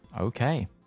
Okay